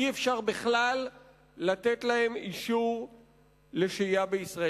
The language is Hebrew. אי-אפשר בכלל לתת להם אישור לשהייה בישראל.